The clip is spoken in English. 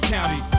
County